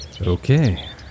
Okay